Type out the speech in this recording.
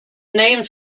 named